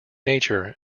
nature